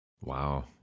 wow